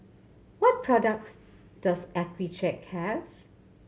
what products does Accucheck have